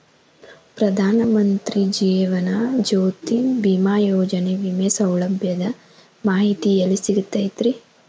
ಪ್ರಧಾನ ಮಂತ್ರಿ ಜೇವನ ಜ್ಯೋತಿ ಭೇಮಾಯೋಜನೆ ವಿಮೆ ಸೌಲಭ್ಯದ ಮಾಹಿತಿ ಎಲ್ಲಿ ಸಿಗತೈತ್ರಿ?